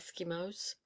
Eskimos